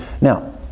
Now